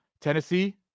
Tennessee